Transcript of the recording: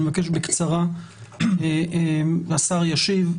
אנא בקצרה והשר ישיב.